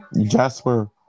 Jasper